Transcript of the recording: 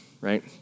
right